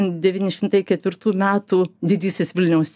devyni šimtai ketvirtų metų didysis vilniaus